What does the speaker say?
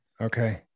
Okay